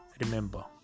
remember